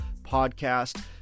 podcast